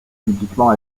publiquement